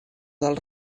del